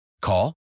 Call